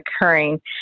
occurring